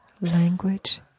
language